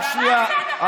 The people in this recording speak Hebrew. רק שנייה.